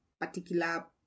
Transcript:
particular